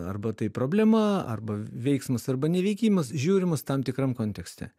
arba tai problema arba veiksmas arba neveikimas žiūrimas tam tikram kontekste